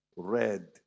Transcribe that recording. Red